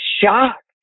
shocked